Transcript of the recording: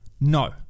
No